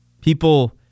people